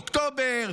6 באוקטובר,